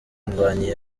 indwanyi